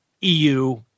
EU